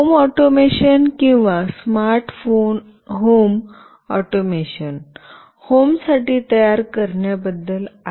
home automation किंवा smart home automation home साठी तयार करण्याबद्दल आहे